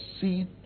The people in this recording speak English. see